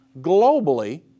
globally